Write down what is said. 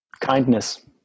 Kindness